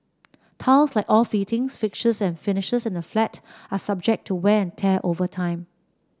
tiles like all fittings fixtures and finishes in a flat are subject to wear and tear over time